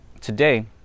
today